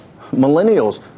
millennials